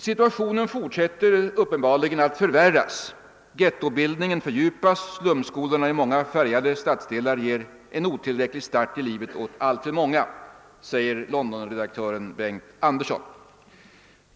Situationen fortsätter uppenbarligen att förvärras; »gettobildningen fördjupas, slumskolorna i många färgade stadsdelar ger en otillräcklig start i livet åt alltför många» säger London:« redaktören Bengt Anderson.